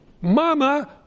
Mama